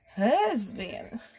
husband